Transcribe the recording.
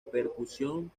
percusión